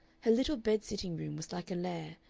her little bed-sitting-room was like a lair,